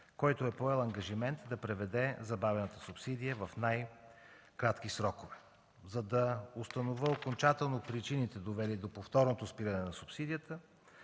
който е поел ангажимент да преведе забавената субсидия в най-кратки срокове. За да установя окончателно причините, довели до повторното спиране на субсидията,